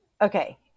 okay